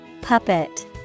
Puppet